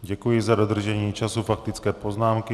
Děkuji za dodržení času k faktické poznámce.